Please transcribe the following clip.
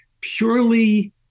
purely